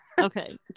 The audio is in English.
okay